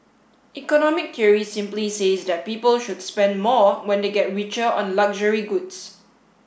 economic theory simply says that people should spend more when they get richer on luxury goods